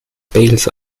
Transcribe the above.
bales